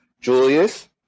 Julius